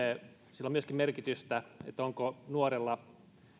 sillä on merkitystä onko nuorella